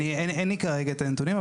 אין לי כרגע את הנתונים,